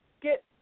get